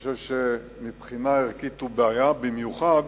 אני חושב שמבחינה ערכית הוא בעיה, במיוחד